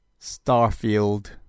Starfield